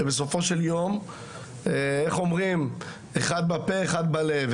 ובסופו של יום, איך אומרים, אחד בפה, אחד בלב.